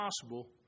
possible